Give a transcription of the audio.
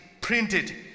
printed